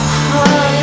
heart